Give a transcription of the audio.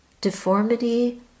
deformity